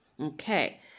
Okay